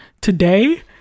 today